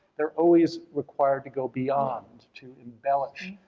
they're always required to go beyond, to embellish,